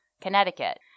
Connecticut